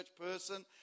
person